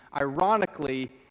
Ironically